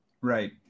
Right